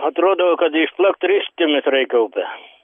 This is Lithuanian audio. atrodo kad išplakt rykštėmis reikia upę